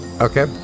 Okay